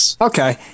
Okay